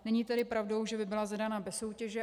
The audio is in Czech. Není tedy pravdou, že by byla zadána bez soutěže.